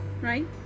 right